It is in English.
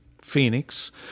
Phoenix